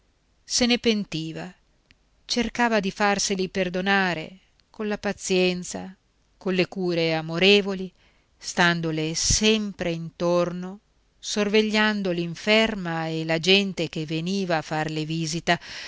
se ne pentiva cercava di farseli perdonare colla pazienza colle cure amorevoli standole sempre intorno sorvegliando l'inferma e la gente che veniva a farle visita